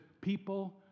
people